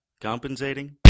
Compensating